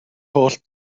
holl